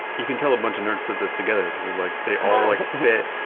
you can tell a bunch of nerds put this together, because like they all fit.